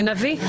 ונביא.